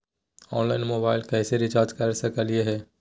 Online मोबाइलबा कैसे recharge कर सकलिए है?